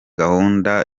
gahunda